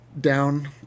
down